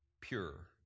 pure